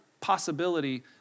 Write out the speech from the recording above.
possibility